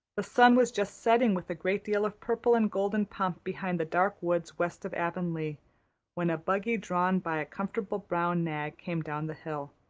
the sun was just setting with a great deal of purple and golden pomp behind the dark woods west of avonlea when a buggy drawn by a comfortable brown nag came down the hill.